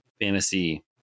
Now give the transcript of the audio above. fantasy